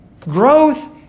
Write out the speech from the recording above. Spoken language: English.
Growth